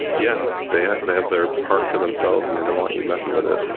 yeah. they they have their park to themselves and they don't want you messing with it.